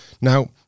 Now